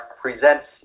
presents